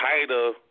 tighter